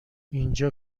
اینجا